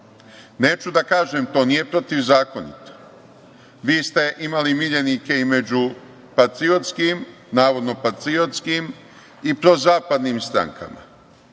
Neću da kažem, to nije protivzakonito. Vi ste imali miljenike i među navodno patriotskim i prozapadnim strankama.